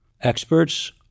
Experts